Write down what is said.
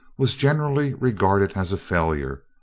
was generally regarded as a failure,